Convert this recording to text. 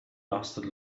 lasted